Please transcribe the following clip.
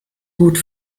gut